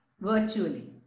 virtually